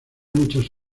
muchas